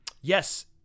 Yes